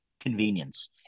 convenience